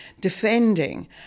defending